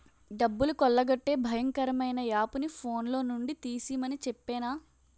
డబ్బులు కొల్లగొట్టే భయంకరమైన యాపుని ఫోన్లో నుండి తీసిమని చెప్పేనా